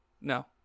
no